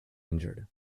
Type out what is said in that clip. injured